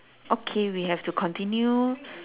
okay we have to continue